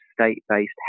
state-based